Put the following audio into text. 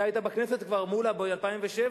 אתה היית בכנסת כבר, מולה, ב-2007.